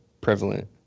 prevalent